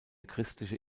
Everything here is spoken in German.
christliche